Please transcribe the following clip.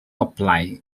apply